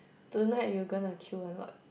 tonight you going to kill a lot